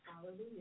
Hallelujah